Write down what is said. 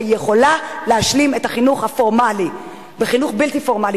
שיכולה להשלים את החינוך הפורמלי בחינוך בלתי פורמלי,